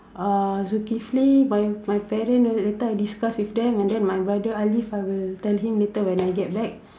uh Zukifli my my parents later I discuss with them and then my brother Alif I will tell him later when I get back